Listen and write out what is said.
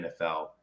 NFL